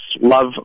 love